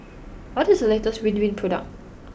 what is the latest Ridwind product